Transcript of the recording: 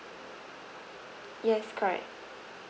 yes correct